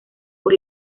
por